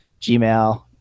Gmail